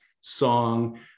song